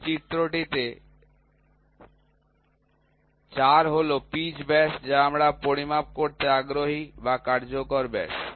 এই চিত্রটিতে ৪ হল পিচ ব্যাস যা আমরা পরিমাপ করতে আগ্রহী বা কার্যকর ব্যাস